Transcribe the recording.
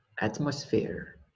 atmosphere